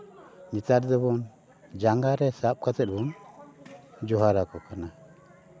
ᱱᱮᱛᱟᱨ ᱫᱚᱵᱚᱱ ᱡᱟᱸᱜᱟ ᱨᱮ ᱥᱟᱵ ᱠᱟᱛᱮᱫ ᱵᱚᱱ ᱡᱚᱦᱟᱨ ᱟᱠᱚ ᱠᱟᱱᱟ